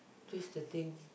just the thing